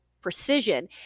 precision